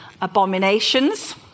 Abominations